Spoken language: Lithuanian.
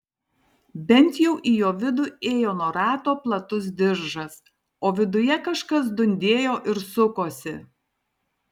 bent jau į jo vidų ėjo nuo rato platus diržas o viduje kažkas dundėjo ir sukosi